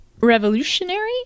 revolutionary